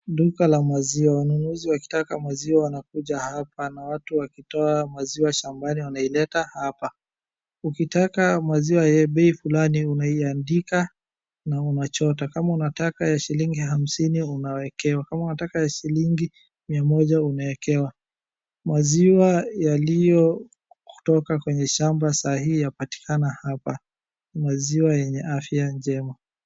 Duka la maziwa. Wanunuzi wakitaka maziwa wanakuja hapa na watu wakitoa maziwa shambani wanaileta hapa. Ukitaka maziwa ya bei fulani unaiandika na unachota. Kama unataka ya shilingi hamsini, unawekewa. Kama unataka ya shilingi mia moja, unawekewa. Maziwa yaliyotoka kwenye shamba saa hii yapatikana hapa. Maziwa yenye afya njema.